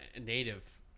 native